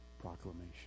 proclamation